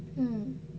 mm